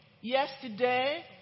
yesterday